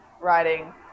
writing